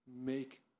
Make